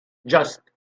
just